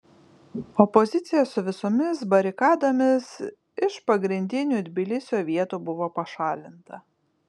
opozicija su visomis barikadomis iš pagrindinių tbilisio vietų buvo pašalinta